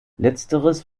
letzteres